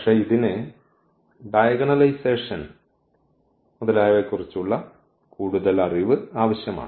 പക്ഷേ ഇതിന് ഡയഗണലൈസേഷൻ മുതലായവയെക്കുറിച്ച് ഉള്ള കൂടുതൽ അറിവ് ആവശ്യമാണ്